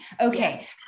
Okay